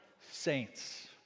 saints